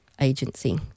agency